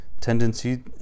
tendency